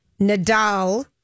Nadal